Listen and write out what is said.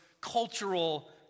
cultural